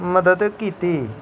मदद कीती